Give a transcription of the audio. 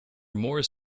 more